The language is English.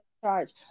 charge